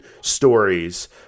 stories